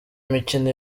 imikino